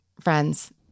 friends